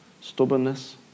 stubbornness